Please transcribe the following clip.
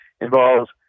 involves